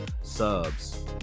subs